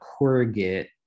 corrugate